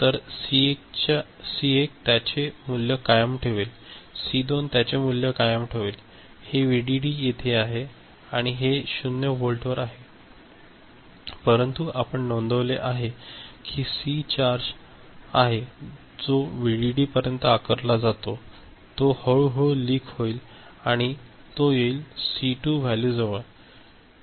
तर सी 1 त्याचे मूल्य कायम ठेवेल सी 2 त्याचे मूल्य कायम ठेवेल हे व्हीडीडी येथे आहे आणि हे 0 व्होल्टवर आहे परंतु आपण नोंदवले आहे की सी 1 चार्ज आहे जो व्हीडीडी पर्यंत आकारला जातो तो हळूहळू लीक होईल आणि तो येईल C2 व्हॅल्यू जवळ येऊन माहिती गमावली जाईल